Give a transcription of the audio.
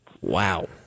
Wow